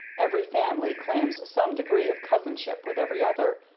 every family claims some degree of cousinship with every other,